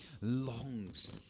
longs